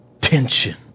Tension